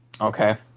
okay